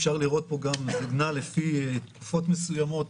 אפשר לראות פה שזה נע לפי תקופות מסוימות